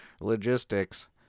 Logistics